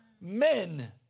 men